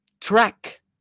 track